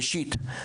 ראשית,